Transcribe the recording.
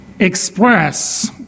Express